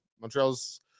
montreal's